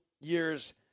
years